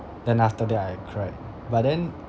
then after that I cried but then